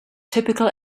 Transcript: typical